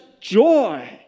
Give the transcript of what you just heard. joy